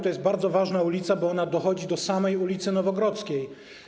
To jest bardzo ważna ulica, bo ona dochodzi do samej ul. Nowogrodzkiej.